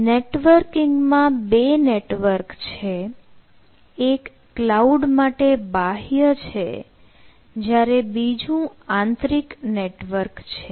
networking માં બે network છે એક કલાઉડ માટે બાહ્ય છે જ્યારે બીજું આંતરિક નેટવર્ક છે